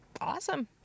awesome